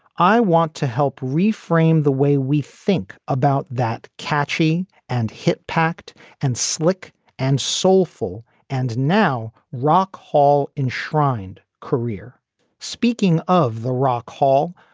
i want to help reframe the way we think about that catchy and hip, packed and slick and soulful and now rock hall enshrined career speaking of the rock hall,